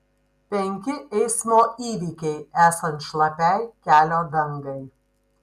penki eismo įvykiai esant šlapiai kelio dangai